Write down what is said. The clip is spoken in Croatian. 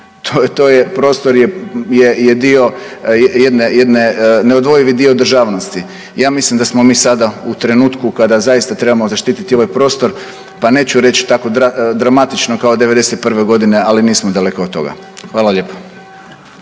to je, prostor je dio jedne, neodvojivi dio državnosti. Ja mislim da smo mi sada u trenutku kada zaista trebamo zaštititi ovaj prostor pa neću reći tako dramatično kao devedeset prve godine ali nismo daleko od toga. Hvala lijepo.